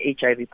HIV